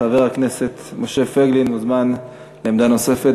חבר הכנסת משה פייגלין מוזמן לעמדה נוספת.